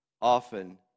often